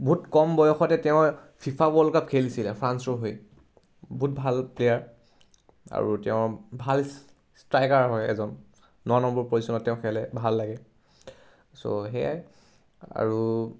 বহুত কম বয়সতে তেওঁ ফিফা ৱৰ্ল্ড কাপ খেলিছিলে ফ্ৰান্সৰ হৈ বহুত ভাল প্লেয়াৰ আৰু তেওঁ ভাল ষ্ট্ৰাইকাৰ হয় এজন ন নম্বৰ পজিচ্যনত তেওঁ খেলে ভাল লাগে চ' সেয়াই আৰু